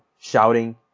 shouting